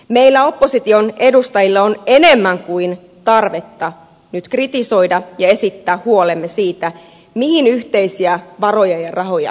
meillä opposition edustajilla on enemmän kuin tarvetta nyt kritisoida ja esittää huolemme siitä mihin yhteisiä varoja ja rahoja käytetään